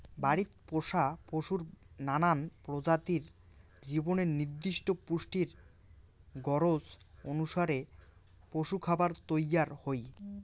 বাড়িত পোষা পশুর নানান প্রজাতির জীবনের নির্দিষ্ট পুষ্টির গরোজ অনুসারে পশুরখাবার তৈয়ার হই